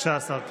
בבקשה, השר קיש.